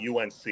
UNC